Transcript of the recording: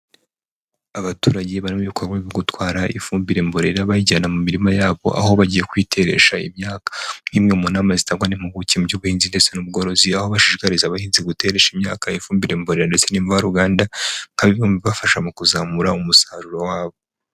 Abaturage bari mu bikorwa byo gutwara ifumbire mborera bayijyana mu mirima yabo, aho bagiye kuyiteresha imyaka, nk'imwe mu namba zitagwa n'impiguke mu by'ubuhinzi ndetse n'ubworozi, aho bashishikariza abahinzi gutesha imyaka ifumbire mborera ndetse n'imvaruganda nka bimwe mubibafasha mu kuzamura umusaruro wabo.